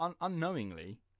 unknowingly